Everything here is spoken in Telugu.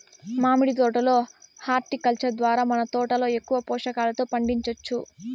మామిడి తోట లో హార్టికల్చర్ ద్వారా మన తోటలో ఎక్కువ పోషకాలతో పండించొచ్చు